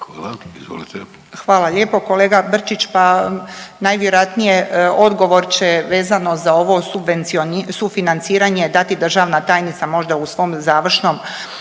Hvala lijepo. Kolega Brčić, pa najvjerojatnije odgovor će vezano za ovo sufinanciranje dati državna tajnica možda u svom završnom